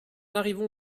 arrivons